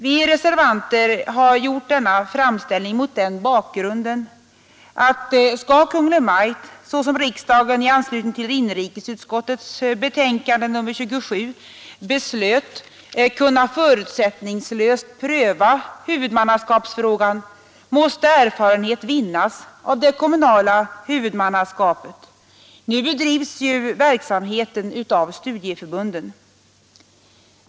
Vi reservanter har gjort denna framställning mot den bakgrunden att skall Kungl. Maj:t — såsom riksdagen i anslutning till inrikesutskottets betänkande nr 27 beslöt — kunna förutsättningslöst pröva huvudmannaskapsfrågan måste erfarenhet vinnas av det kommunala huvudmannaskapet. Nu bedrivs ju verksamheten av studieförbunden.